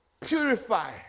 purify